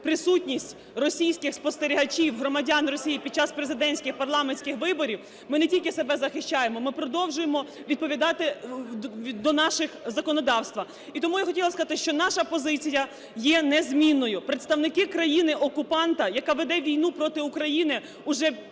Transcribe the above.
присутність російських спостерігачів – громадян Росії під час президентських, парламентських виборів, ми не тільки себе захищаємо, ми продовжуємо відповідати до нашого законодавства. І тому я хотіла сказати, що наша позиція є незмінною: представники країни-окупанта, яка веде війну проти України